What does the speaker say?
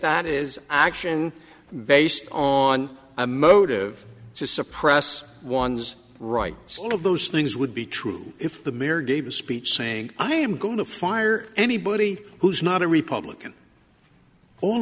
that is action based on a motive to suppress one's rights all of those things would be true if the mirror gave a speech saying i am going to fire anybody who's not a republican all